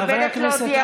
חברי הכנסת,